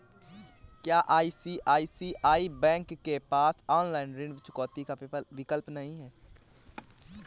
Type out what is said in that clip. क्या ICICI bank के पास ऑनलाइन ऋण चुकौती का विकल्प नहीं है?